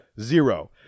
zero